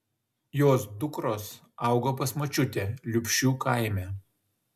jos dukros augo pas močiutę liupšių kaime